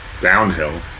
Downhill